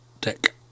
deck